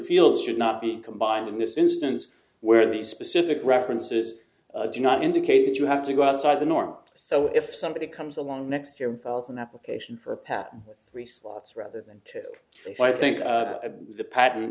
fields should not be combined in this instance where the specific references do not indicate that you have to go outside the norm so if somebody comes along next year one thousand application for a pat three slots rather than two if i think the patent